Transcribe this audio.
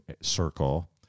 Circle